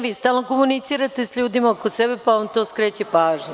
Vi stalno komunicirate sa ljudima oko sebe, pa vam to skreće pažnju.